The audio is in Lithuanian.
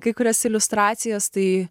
kai kurias iliustracijas tai